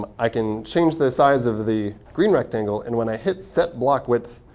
um i can change the size of the green rectangle. and when i hit set block width,